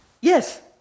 Yes